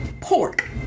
pork